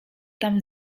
tam